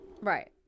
Right